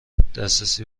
دسترسی